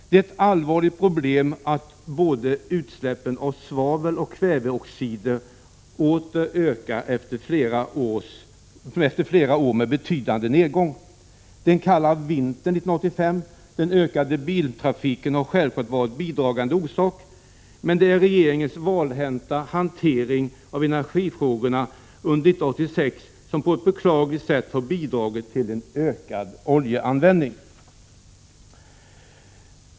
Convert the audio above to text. Det är ett allvarligt problem att utsläppen av både svavel och kväveoxider ökar efter flera år med betydande nedgång. Den kalla vintern 1985 och den ökade biltrafiken har självfallet varit en bidragande orsak, men det är regeringens .valhänta hantering av energifrågorna under 1986 som på ett beklagligt sätt bidragit till en ökad oljeanvändning.